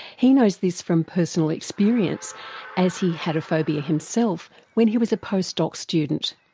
he knows this from personal experience as he had a phobia himself when he was a post doc student.